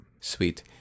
Sweet